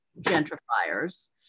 gentrifiers